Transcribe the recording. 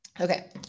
Okay